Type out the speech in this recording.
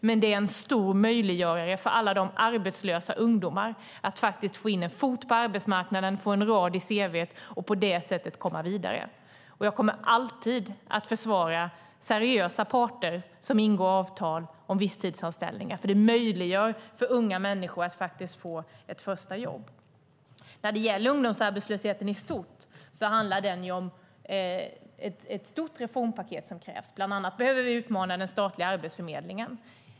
Men det är en stor möjlighet för alla de arbetslösa ungdomarna att få in en fot på arbetsmarknaden, få en rad i sitt cv och på det sättet komma vidare. Jag kommer alltid att försvara seriösa parter som ingår avtal om visstidsanställningar, för det möjliggör för unga människor att faktiskt få ett första jobb. När det gäller ungdomsarbetslösheten i stort krävs det ett stort reformpaket. Bland annat behöver vi utmana den statliga Arbetsförmedlingen.